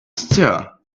stir